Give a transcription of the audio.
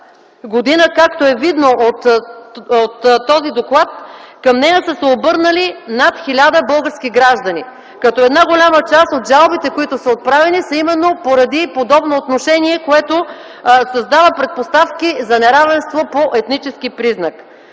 година, както е видно от доклада, към нея са се обърнали над 1000 български граждани, като една голяма част от жалбите, които са отправени, са именно поради подобно отношение, което създава предпоставки за неравенство по етнически признак.